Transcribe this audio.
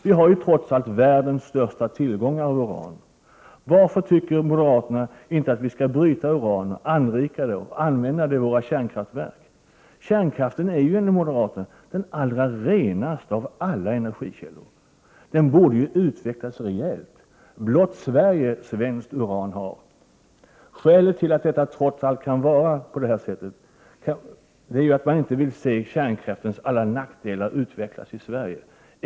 Vi har ju trots allt världens största tillgångar av uran. Varför anser moderaterna inte att vi skall bryta uran, anrika det och använda det i våra kärnkraftverk? Kärnkraften är ju ändå, enligt moderaterna, den allra renaste av alla energikällor. Den borde utvecklas rejält. Blott Sverige svenskt uran har! Skälet till att det trots allt förhåller sig på det här sättet är att man inte vill se kärnkraftens alla nackdelar utvecklas i Sverige.